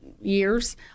years